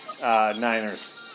Niners